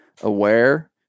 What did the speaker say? aware